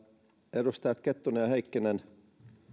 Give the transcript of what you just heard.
edustajat kettunen ja heikkinen